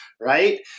Right